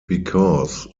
because